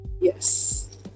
Yes